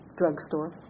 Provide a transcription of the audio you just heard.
drugstore